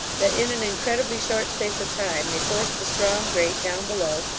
that in an incredibly short space of time they forced the strong grate down below,